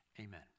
Amen